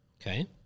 Okay